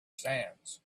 sands